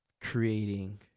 creating